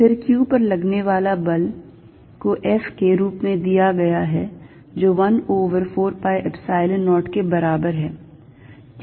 फिर q पर लगने वाला बल को F के रूप में दिया गया है जो 1 over 4 pi Epsilon 0 के बराबर है